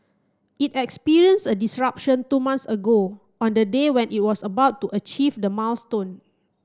it experienced a disruption two months ago on the day when it was about to achieve the milestone